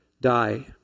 die